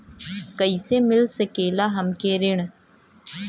कइसे मिल सकेला हमके ऋण?